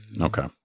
Okay